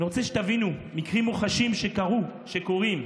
אני רוצה שתבינו, מקרים מוחשיים שקרו, שקורים: